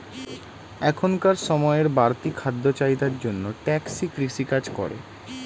এখনকার সময়ের বাড়তি খাদ্য চাহিদার জন্য টেকসই কৃষি কাজ করে